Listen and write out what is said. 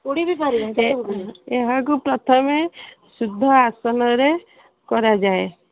ଉଡ଼ି ବି ପାରିବେ ଏହାକୁ ପ୍ରଥମେ ଶୁଦ୍ଧ ଆସନରେ କରାଯାଏ